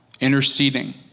interceding